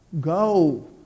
Go